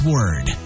Word